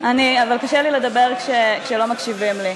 קשה לי לדבר כשלא מקשיבים לי.